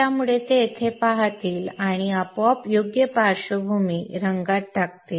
त्यामुळे ते तेथे पाहतील आणि आपोआप योग्य पार्श्वभूमी रंगात टाकतील